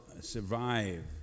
survive